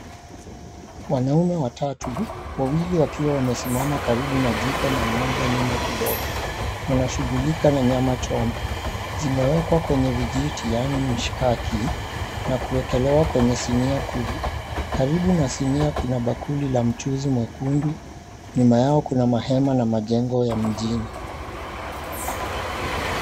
Wanaume watatu, wawili wakiwa wamesimama karibu na jiko na mmoja nyuma kidogo. Wanashughulika na nyama choma zimewekwa kwenye vijiti, yaani mishikaki na kuwekelewa kwenye sinia kubwa. Karibu na sinia kuna bakuli la mchuzi mwekundu, nyuma yao kuna mahema na majengo ya mjini.